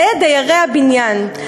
לדיירי הבניין.